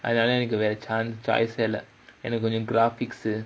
அதுனால எனக்கு வேற:athunaala enakku vera choice இல்ல எனக்கு கொஞ்சம்:illa enakku konjam graphics